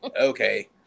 Okay